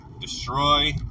destroy